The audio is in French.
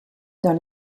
dans